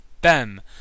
Bem